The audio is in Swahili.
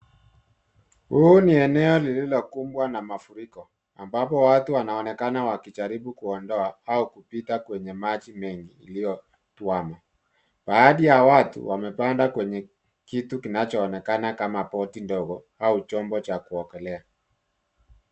Huu ni eneo lililokumbwa na mafuriko ambapo watu wanaonekana wakijaribu kuondoa au kupita kwenye maji mengi yaliyotuwama. Baadhi ya watu wamepanda kwenye kitu kinachoonekana kama boti ndogo au chombo cha kuokolea.